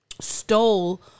stole